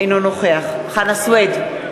אינו נוכח חנא סוייד,